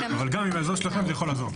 אבל עם עזרה שלכם, זה יכול לעזור.